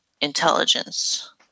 intelligence